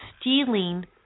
stealing